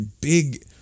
big